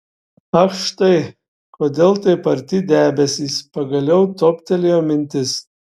ach štai kodėl taip arti debesys pagaliau toptelėjo mintis